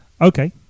Okay